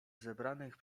zebranych